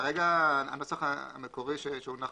כרגע הנוסח המקורי שהונח